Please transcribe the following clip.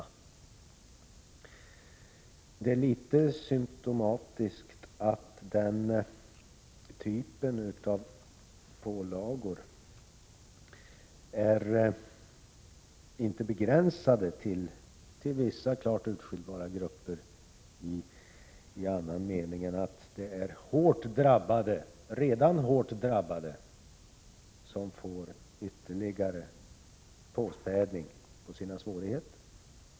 Det är symtomatiskt att den typen av pålagor inte är begränsade till vissa klart urskiljbara grupper i annan mening än att det är redan hårt drabbade som får ytterligare påspädning på sina svårigheter.